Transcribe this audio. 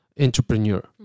entrepreneur